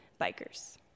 bikers